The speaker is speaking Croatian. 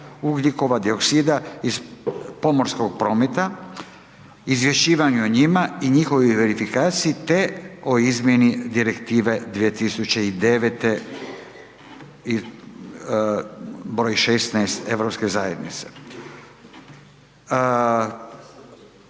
ugljikova dioksida iz pomorskog prometa, izvješćivanju o njima i njihovoj verifikaciji te o izmjeni Direktive 2009/16/EZ, s konačnim